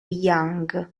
yang